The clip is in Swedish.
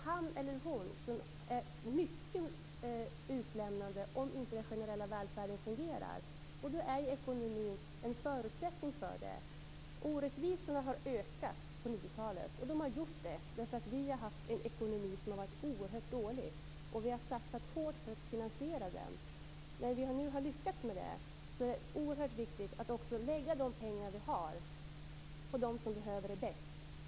Han eller hon är mycket utlämnad om inte den generella välfärden fungerar. Och ekonomin är en förutsättning för detta. Orättvisorna har ökat på 90-talet. De har gjort det för att vi har haft en ekonomi som har varit oerhört dålig. Vi har satsat hårt på att få ordning på finanserna. När vi nu har lyckats med detta är det oerhört viktigt att också lägga de pengar vi har på dem som behöver det bäst.